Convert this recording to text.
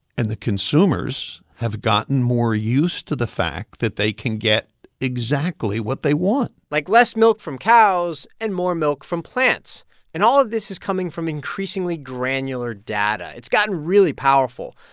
and the consumers have gotten more used to the fact that they can get exactly what they want like less milk from cows and more milk from plants and all of this is coming from increasingly granular data. it's gotten really powerful.